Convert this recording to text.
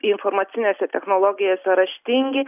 informacinėse technologijose raštingi